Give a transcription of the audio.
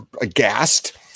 aghast